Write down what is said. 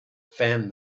fan